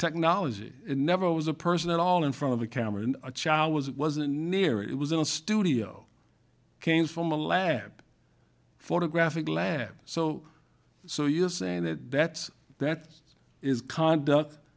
technology never was a person at all in front of a camera and a child was it was a near it was in a studio came from a lab photographic lab so so you're saying that that's that is conduct